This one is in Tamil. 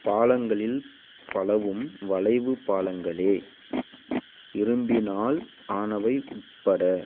பாலங்களில் பலவும் வளைவுப் பாலங்களே இரும்பினால் ஆனவை உள்பட